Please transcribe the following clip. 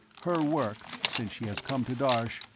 her work, since she has come to darsh,